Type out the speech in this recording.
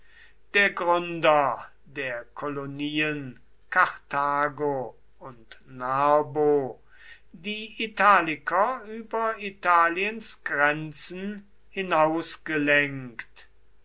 der gründer der kolonien karthago und narbo die italiker über italiens grenzen